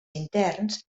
interns